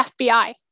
FBI